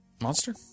Monster